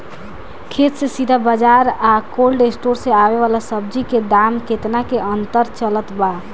खेत से सीधा बाज़ार आ कोल्ड स्टोर से आवे वाला सब्जी के दाम में केतना के अंतर चलत बा?